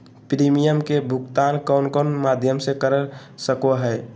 Premium के भुक्तान कौन कौन माध्यम से कर सको है?